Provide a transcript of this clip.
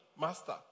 master